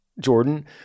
Jordan